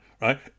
right